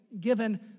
given